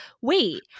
Wait